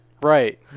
Right